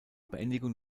beendigung